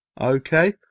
Okay